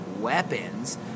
weapons